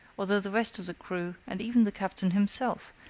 although the rest of the crew, and even the captain himself,